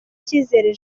cyizere